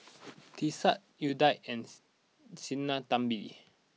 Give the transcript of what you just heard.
Teesta Udai and Sinnathamby